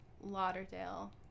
Lauderdale